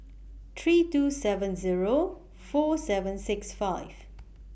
three two seven Zero four seven six five